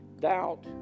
Doubt